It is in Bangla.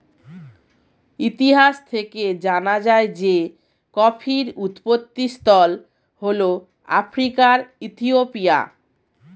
ইতিহাস থেকে জানা যায় যে কফির উৎপত্তিস্থল হল আফ্রিকার ইথিওপিয়া